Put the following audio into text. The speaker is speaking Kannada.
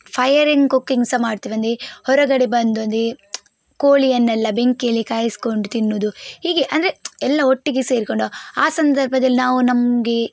ಫಯರ್ ಎಂಡ್ ಕುಕ್ಕಿಂಗ್ ಸಹ ಮಾಡ್ತೆವಂದಿ ಹೊರಗಡೆ ಬಂದೊಂದಿ ಕೋಳಿಯನ್ನೆಲ್ಲಾ ಬೆಂಕಿಯಲ್ಲಿ ಕಾಯಿಸ್ಕೊಂಡು ತಿನ್ನೋದು ಹೀಗೆ ಅಂದರೆ ಎಲ್ಲಾ ಒಟ್ಟಿಗೆ ಸೇರಿಕೊಂಡು ಆ ಸಂದರ್ಭದಲ್ಲಿ ನಾವು ನಮಗೆ